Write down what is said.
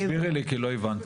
תסבירי לי, כי לא הבנתי.